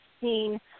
seen